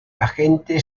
agente